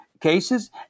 Cases